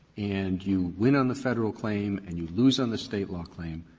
and you win on the federal claim and you lose on the state law claim,